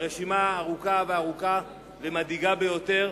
והרשימה ארוכה ומדאיגה ביותר